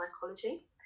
psychology